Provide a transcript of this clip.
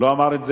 לא אמר את זה,